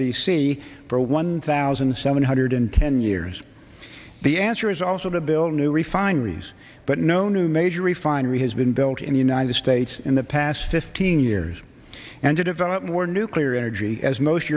c for one thousand seven hundred ten years the answer is also to build new refineries but no new major refinery has been built in the united states in the past fifteen years and to develop more nuclear energy as most